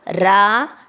Ra